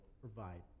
provide